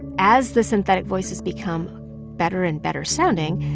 as the synthetic voices become better and better sounding,